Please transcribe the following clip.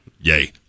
Yay